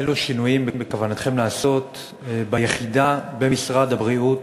אילו שינויים בכוונתכם לעשות ביחידה במשרד הבריאות